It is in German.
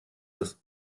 ist